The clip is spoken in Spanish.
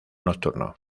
nocturno